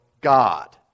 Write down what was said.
God